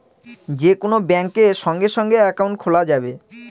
যে কোন ব্যাঙ্কে সঙ্গে সঙ্গে একাউন্ট খোলা যাবে